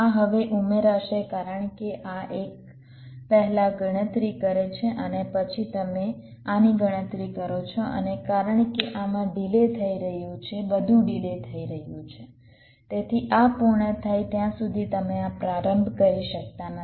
આ હવે ઉમેરાશે કારણ કે આ એક પહેલા ગણતરી કરે છે અને પછી તમે આની ગણતરી કરો છો અને કારણ કે આમાં ડિલે થઈ રહ્યો છે બધું ડિલે થઈ રહ્યું છે તેથી આ પૂર્ણ થાય ત્યાં સુધી તમે આ પ્રારંભ કરી શકતા નથી